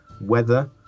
weather